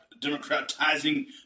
democratizing